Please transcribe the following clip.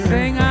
Sing